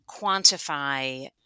quantify